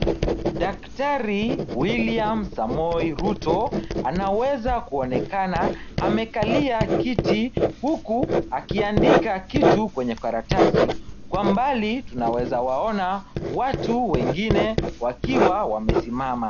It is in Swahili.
Daktari William Samoi Ruto anaweza kuonekana, amekalia kiti huku akiandika kitu kwenye karatasi. Kwa mbali tunaweza waona watu wengine wakiwa wamesimama.